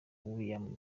william